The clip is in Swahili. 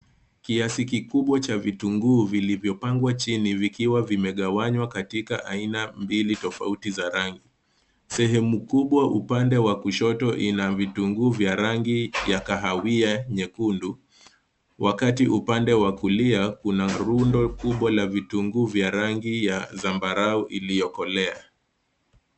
Kiasi kikubwa cha vitunguu vilivyopangwa chini vikiwa vimegawanywa katika aina mbili tofauti za rangi sehemu kubwa upande wa kushoto ina vitunguu vya rangi ya kahawia nyekundu wakati upande wa kulia kuna rundo kubwa la vitunguu vya rangi ya zambarau iliyokolea.